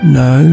no